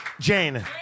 Jane